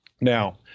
Now